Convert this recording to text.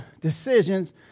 decisions